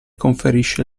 conferisce